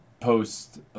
post